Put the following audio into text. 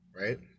right